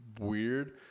weird